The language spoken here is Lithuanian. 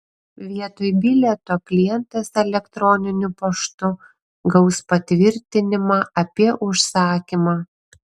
vietoj bilieto klientas elektroniniu paštu gaus patvirtinimą apie užsakymą